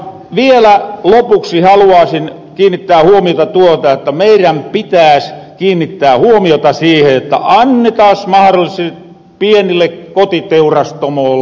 vielä lopuksi haluaasin kiinnittää huomiota tai meirän pitääs kiinnittää huomiota siihen jotta annetaas mahrollisuus pienille kotiteurastamoolle